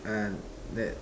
uh that